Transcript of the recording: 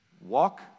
Walk